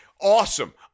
awesome